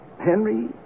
Henry